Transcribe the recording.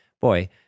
boy